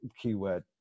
keyword